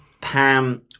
Pam